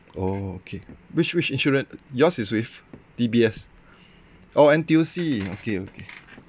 oh okay which which insurance yours is with D_B_S oh N_T_U_C okay okay